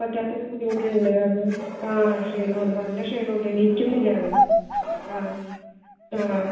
പറ്റാത്തൊരു ബുദ്ധിമുട്ടുണ്ട് അത് ആ ക്ഷീണമുണ്ട് നല്ല ക്ഷീണമുണ്ട് എണീക്കുന്നില്ല അവൻ ആ ആ